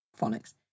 phonics